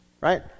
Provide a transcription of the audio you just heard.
Right